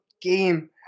game